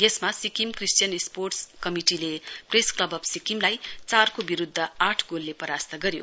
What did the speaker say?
यसमा Sikkim Christian sports कमिटिले press club of सिक्किमलाई चारको विरुध्द आठ गोलले परास्त गर्यो